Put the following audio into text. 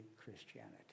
Christianity